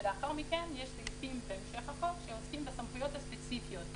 ולאחר מכן יש סעיפים בהמשך החוק שעוסקים בסמכויות הספציפיות.